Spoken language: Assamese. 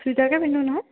চুৰিদাৰকে পিন্ধো নহ'লে